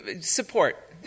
support